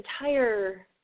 entire